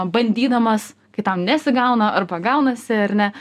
bandydamas kai tau nesigauna arba gaunasi ar ne